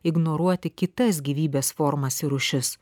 ignoruoti kitas gyvybės formas ir rūšis